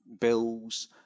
bills